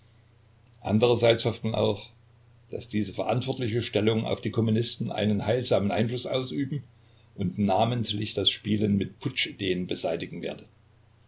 andererseits hofft man auch daß diese verantwortliche stellung auf die kommunisten einen heilsamen einfluß ausüben und namentlich das spielen mit putschideen beseitigen werde